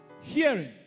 Hearing